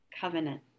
covenant